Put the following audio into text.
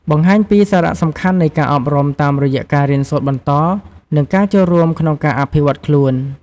បង្ហាញពីសារៈសំខាន់នៃការអប់រំតាមរយៈការរៀនសូត្របន្ត និងការចូលរួមក្នុងការអភិវឌ្ឍខ្លួន។